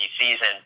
season